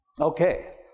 Okay